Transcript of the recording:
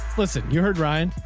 listen, you heard ryan,